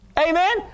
Amen